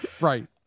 Right